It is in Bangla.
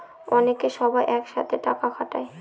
অনেকে সবাই এক সাথে টাকা খাটায়